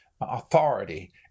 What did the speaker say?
authority